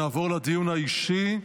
נעבור לדיון האישי.